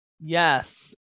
Yes